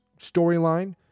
storyline